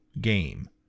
game